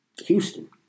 Houston